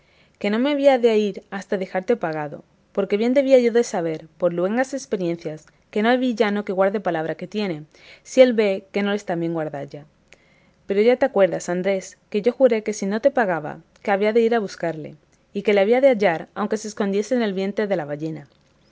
que no me había de ir hasta dejarte pagado porque bien debía yo de saber por luengas experiencias que no hay villano que guarde palabra que tiene si él vee que no le está bien guardalla pero ya te acuerdas andrés que yo juré que si no te pagaba que había de ir a buscarle y que le había de hallar aunque se escondiese en el vientre de la ballena